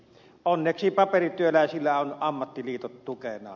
onneksi paperityöläisillä on ammattiliitot tukenaan